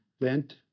vent